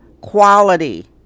quality